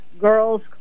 girls